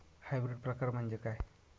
Hybrid प्रकार म्हणजे काय?